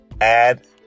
add